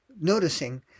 noticing